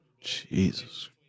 Jesus